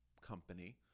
company